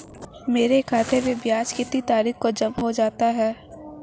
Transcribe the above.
मेरे खाते में ब्याज कितनी तारीख को जमा हो जाता है?